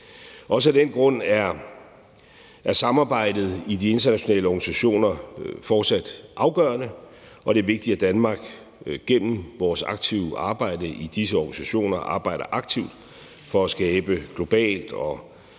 Også af den grund er samarbejdet i de internationale organisationer fortsat afgørende, og det er vigtigt, at Danmark gennem vores aktive arbejde i disse organisationer arbejder aktivt for at skabe globalt og